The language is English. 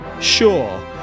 Sure